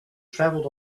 traveled